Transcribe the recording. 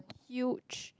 huge